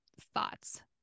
Thoughts